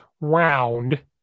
round